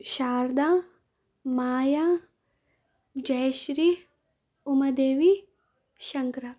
Sharada Maya Jayashree Umadevi Shankara